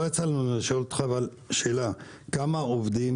לא יצא לנו לשאול אותך אבל כמה עובדים